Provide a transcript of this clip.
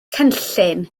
cynllun